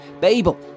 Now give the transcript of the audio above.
Babel